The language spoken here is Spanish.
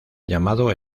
llamado